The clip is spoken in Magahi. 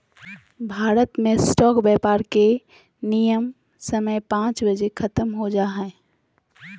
भारत मे स्टॉक व्यापार के विनियम के समय पांच बजे ख़त्म हो जा हय